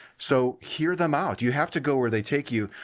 so, hear them out. you have to go where they take you.